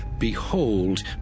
behold